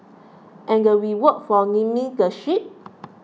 and the reward for naming the ships